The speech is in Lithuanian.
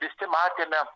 visi matėme